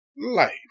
life